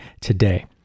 today